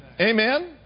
Amen